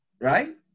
Right